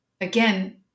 again